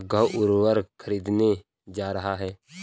राघव उर्वरक खरीदने जा रहा है